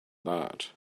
that